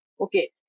Okay